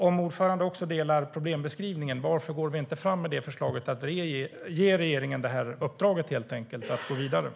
Om Karin Svensson Smith instämmer i problembeskrivningen, varför går vi då inte fram med förslaget att ge regeringen i uppdrag att gå vidare?